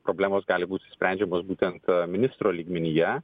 problemos gali būti sprendžiamos būtent ministro lygmenyje